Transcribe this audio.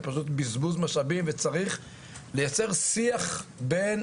זה פשוט בזבוז משאבים וצריך לייצר שיח בין